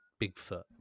Bigfoot